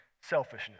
selfishness